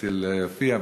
רציתי להופיע,